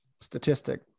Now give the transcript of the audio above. statistic